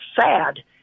sad